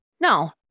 no